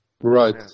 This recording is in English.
Right